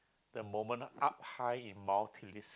the moment up high in Mount-Titlus